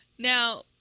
Now